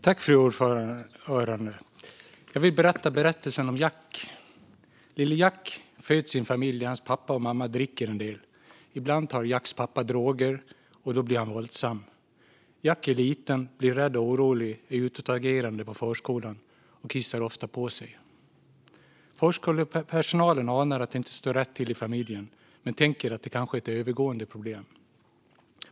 Fru talman! Jag vill berätta historien om Jack. Lille Jack föds i en familj där hans pappa och mamma dricker en del. Ibland tar Jacks pappa droger, och då blir han våldsam. Jack är liten, blir rädd och orolig, är utåtagerande på förskolan och kissar ofta på sig. Förskolepersonalen anar att det inte står rätt till i familjen men tänker att det kanske är ett övergående problem.